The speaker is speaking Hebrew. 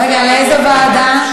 רגע, לאיזו ועדה?